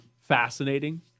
fascinating